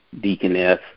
Deaconess